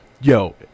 Yo